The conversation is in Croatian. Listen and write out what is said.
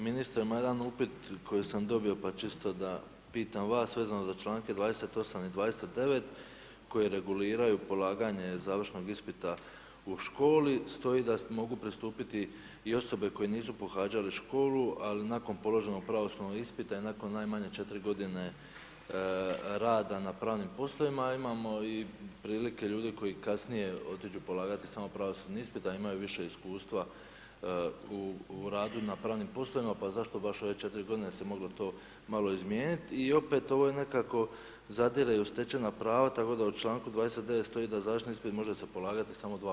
Ministar ima jedan upit koji sam dobio pa čisto da pitam vas, vezano za čl. 28. i 29. koji reguliraju polaganje završnog ispita u školi, stoji da mogu pristupiti i osobe koje nisu pohađale školu, ali nakon položenog pravosudnog ispita i nakon najmanje 4 godine rada na pravnim poslovima, a imamo i prilike ljudi koji kasnije otiđu polagati samo pravosudni ispit a imaju više iskustva u radu na pravnim poslovima, pa zašto baš ove 4 godine jel se moglo to malo izmijenit i opet ovo je nekako zadire i u stečena prava, tako da u članku 29. stoji da završni ispit može se polagati samo dva puta.